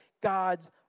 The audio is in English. God's